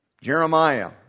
Jeremiah